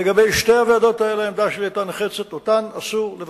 לגבי שתי הוועדות האלה העמדה שלי היתה נחרצת: אותן אסור לבטל.